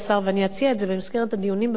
ואני אציע את זה במסגרת הדיונים בוועדה,